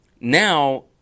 Now